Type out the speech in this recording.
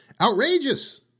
outrageous